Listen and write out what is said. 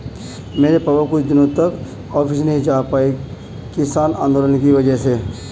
मेरे पापा कुछ दिनों तक ऑफिस नहीं जा पाए किसान आंदोलन की वजह से